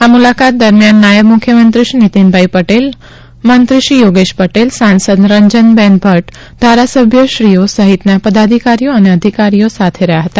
આ મુલાકાત દરમિયાન નાયબ મુખ્યમંત્રી શ્રી નિતીનભાઇ પટેલ મંત્રીશ્રી યોગેશ પટેલ સાંસદ રંજનબહેન ભટ્ટ ધારાસભ્યુશ્રીઓ સહિતના પદાધિકારીઓ અને અધિકારીઓ સાથે રહ્યા હતા